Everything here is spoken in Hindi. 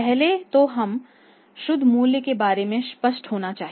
पहले तो हमें शुद्ध मूल्य के बारे में स्पष्ट होना चाहिए